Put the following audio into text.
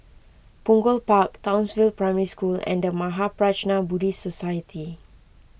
Punggol Park Townsville Primary School and the Mahaprajna Buddhist Society